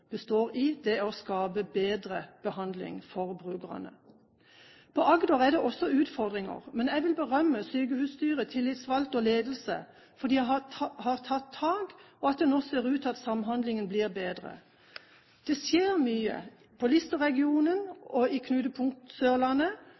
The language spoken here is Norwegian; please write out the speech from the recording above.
består i, er å skape bedre behandling for brukerne. På Agder er det også utfordringer. Men jeg vil berømme sykehusstyrets tillitsvalgte og ledelse for at de har tatt tak, og at det nå ser ut til at samhandlingen nå blir bedre. Det skjer mye.